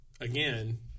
again